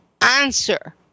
answer